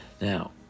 Now